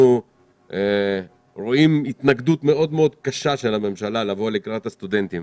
אנחנו רואים התנגדות מאוד מאוד קשה של הממשלה לבוא לקראת הסטודנטים